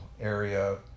area